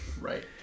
Right